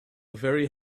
very